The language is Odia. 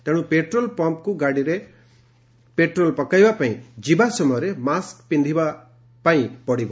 ତେଶୁ ପେଟ୍ରୋଲ ପମ୍ମକୁ ଗାଡ଼ିରେ ପେଟ୍ରୋଲ ପକାଇବା ପାଇଁ ଯିବା ସମୟରେ ମାସ୍କ ପିନ୍ଧି ଯିବାକୁ ପଡିବ